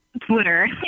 twitter